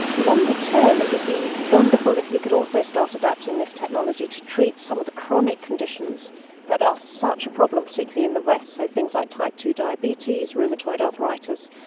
longer-term it would be wonderful if we could also start adapting this technology to treat some of the chronic conditions that are such a problem, particularly in the west. so things like type ii diabetes, rheumatoid arthritis,